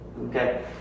Okay